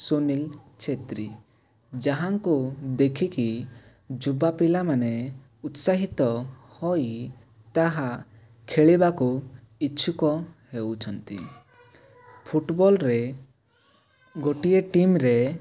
ସୁନିଲ ଛେତ୍ରି ଯାହାଙ୍କୁ ଦେଖିକି ଯୁବା ପିଲାମାନେ ଉତ୍ସାହିତ ହୋଇ ତାହା ଖେଳିବାକୁ ଇଚ୍ଛୁକ ହେଉଛନ୍ତି ଫୁଟବଲ୍ରେ ଗୋଟିଏ ଟିମ୍ରେ